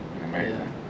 Amazing